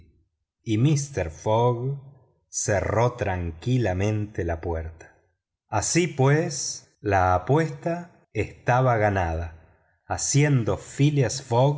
y mister fogg cerró tranquilamente la puerta así pues la apuesta estaba ganada haciendo phileas